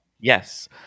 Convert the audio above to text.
Yes